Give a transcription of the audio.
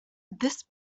this